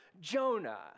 Jonah